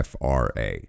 FRA